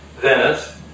Venice